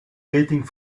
waiting